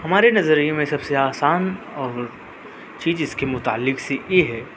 ہمارے نظریے میں سب سے آسان چیز اس کے متعلک سی یہ ہے